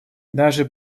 даже